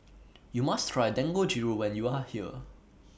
YOU must Try Dangojiru when YOU Are here